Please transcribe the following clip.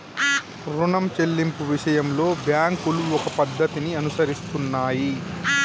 రుణం చెల్లింపు విషయంలో బ్యాంకులు ఒక పద్ధతిని అనుసరిస్తున్నాయి